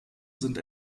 sind